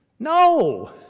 No